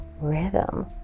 rhythm